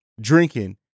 drinking